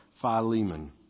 Philemon